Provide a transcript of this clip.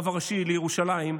הרב הראשי לירושלים,